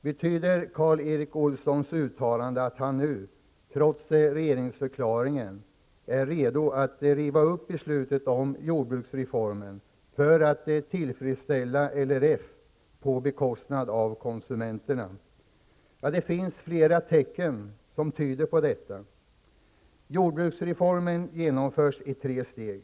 Betyder Karl Erik Olssons uttalande att han nu, trots regeringsförklaringen, är redo att riva upp beslutet om jordbruksreformen för att tillfredsställa LRF på bekostnad av konsumenterna? Det finns flera tecken som tyder på det. Jordbruksreformen genomförs i tre steg.